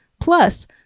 plus